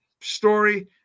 story